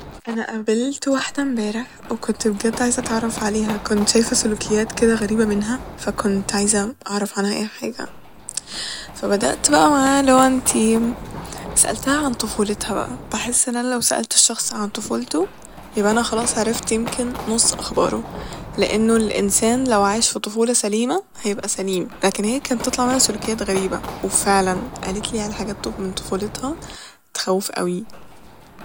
أنا قابلت واحدة امبارح وكت بجد عايزه اتعرف عليها كنت شايفه سلوكيات كده غريبة منها فكنت عايزه اعرف عنها أي حاجة فبدأت بقى معاها اللي هو انتي سألتها عن طفولتها بقى ، بحس إن أنا لو سألت الشخص عن طفولته يبقى انا خلاص عرفت يمكن نص اخباره ، لإنه الانسان لو عاش ف طفولة سليمة هيبقى سليم لكن هي كانت بتطلع منها سلوكيات غريبة وفعلا قالتلي على حاجات ط- من طفولتها تخوف اوي